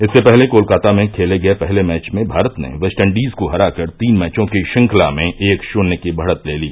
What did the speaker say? इससे पहले कोलकाता में खेले गए पहले मैच में भारत ने वेस्टइंडीज को हराकर तीन मैचों की श्रृंखला में एक शून्य की बढ़त ले ली